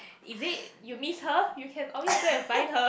is it you miss her you can always go and find her